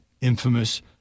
infamous